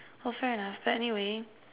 well fair enough but anyway